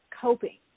coping